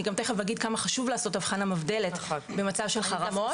אני תיכף אגיד כמה חשוב לעשות הבחנה מבדלת במצב של חרמות.